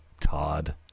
todd